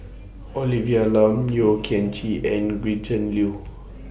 Olivia Lum Yeo Kian Chye and Gretchen Liu